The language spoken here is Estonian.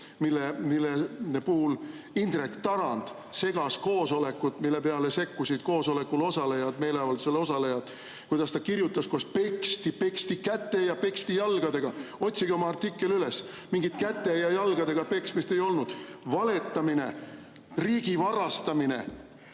kus Indrek Tarand segas koosolekut, mille peale sekkusid koosolekul osalejad, meeleavaldusel osalejad. Ta kirjutas, kuidas peksti, peksti käte ja peksti jalgadega. Otsige oma artikkel üles! Mingit käte ja jalgadega peksmist ei olnud. Valetamine, riigilt varastamine,